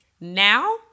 Now